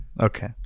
Okay